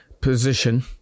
position